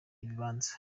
ibibanza